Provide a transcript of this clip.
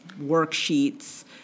worksheets